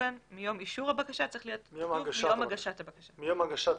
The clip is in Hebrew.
"מיום הגש ת הבקשה".